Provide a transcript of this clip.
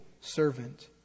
servant